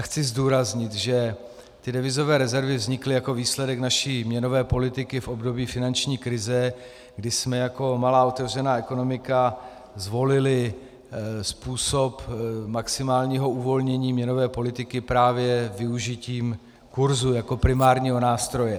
Chci zdůraznit, že ty devizové rezervy vznikly jako výsledek naší měnové politiky v období finanční krize, kdy jsme jako malá otevřená ekonomika zvolili způsob maximálního uvolnění měnové politiky právě využitím kurzu jako primárního nástroje.